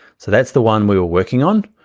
so that's the one we were working on.